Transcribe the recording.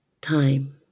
time